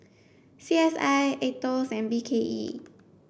C S I AETOS and B K E